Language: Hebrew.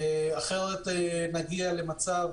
אחרת נגיע למצב,